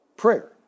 Prayer